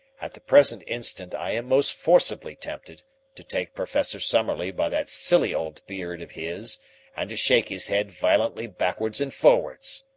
at the present instant i am most forcibly tempted to take professor summerlee by that silly old beard of his and to shake his head violently backwards and forwards.